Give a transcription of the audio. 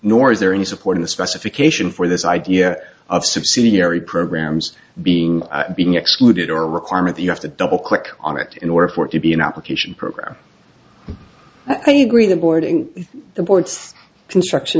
nor is there any support in the specification for this idea of subsidiary programs being being excluded or a requirement you have to double click on it in order for it to be an application program i agree the boarding the points construction